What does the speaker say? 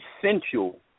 essential